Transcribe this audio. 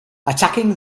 attacking